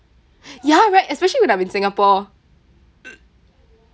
ya right especially when I'm in singapore